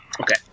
Okay